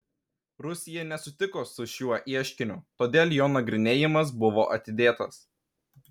rusija nesutiko su šiuo ieškiniu todėl jo nagrinėjimas buvo atidėtas